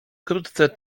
wkrótce